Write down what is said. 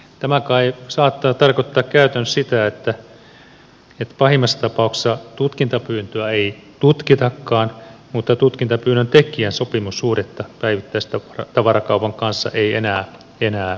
tämä kai saattaa tarkoittaa käytännössä sitä että pahimmassa tapauksessa tutkintapyyntöä ei tutkitakaan mutta tutkintapyynnön tekijän sopimussuhdetta päivittäistavarakaupan kanssa ei enää jatketa